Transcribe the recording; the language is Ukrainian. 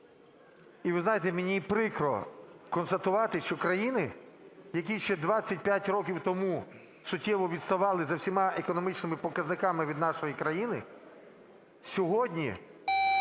І, ви знаєте, мені прикро констатувати, що країни, які ще 25 років тому суттєво відставали за всіма економічними показниками від нашої країни, сьогодні